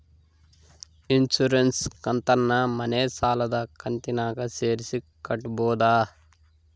Insurance ಕಂತನ್ನ ಮನೆ ಸಾಲದ ಕಂತಿನಾಗ ಸೇರಿಸಿ ಕಟ್ಟಬೋದ?